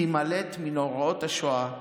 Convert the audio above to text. להימלט מנוראות השואה,